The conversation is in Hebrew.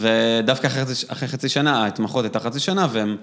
‫ודווקא אחרי חצי שנה, ‫ההתמחות היתה חצי שנה והם...